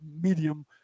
medium